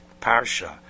Parsha